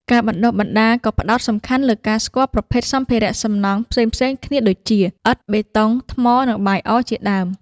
ការបណ្តុះបណ្តាលក៏ផ្តោតសំខាន់លើការស្គាល់ប្រភេទសម្ភារសំណង់ផ្សេងៗគ្នាដូចជាឥដ្ឋ បេតុង ថ្ម និងបាយអជាដើម។